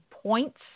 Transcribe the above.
Points